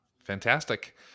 Fantastic